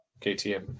ktm